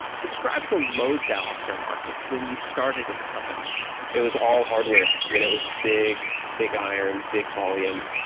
describe the load balancer market when you started at the company it was all hardware. i mean, it was big, big iron, big volume.